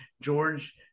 George